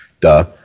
Duh